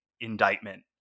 indictment